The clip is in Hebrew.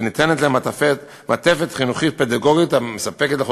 וניתנת להם מעטפת חינוכית ופדגוגית המספקת לכל